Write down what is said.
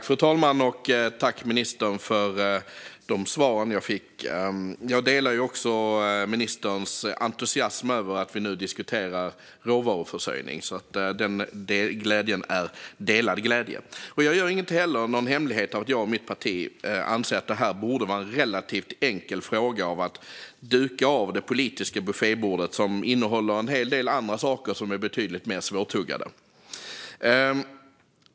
Fru talman! Tack, ministern, för de svar jag fått! Jag delar ministerns entusiasm över att vi nu diskuterar råvaruförsörjning. Jag gör ingen hemlighet av att jag och mitt parti anser att detta borde vara en relativt enkel fråga - att duka av det politiska buffébord som innehåller en del andra saker som är betydligt mer svårtuggade.